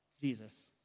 Jesus